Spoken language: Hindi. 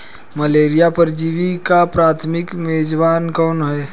मलेरिया परजीवी का प्राथमिक मेजबान कौन है?